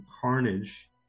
carnage